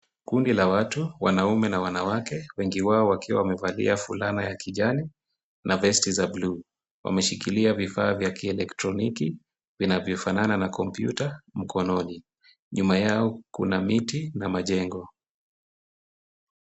Kundi la watu, wanaume na wanawake wengi wao wakiwa wamevalia fulana ya kijani na vesti za blue .Wameshikilia vifaa vya kielektroniki vinavyofanana na kompyuta mkononi. Nyuma yao kuna miti na majengo.